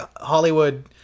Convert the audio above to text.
hollywood